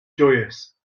joyous